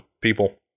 people